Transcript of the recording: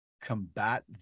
combat